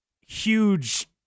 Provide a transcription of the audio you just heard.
huge